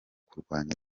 kurwanya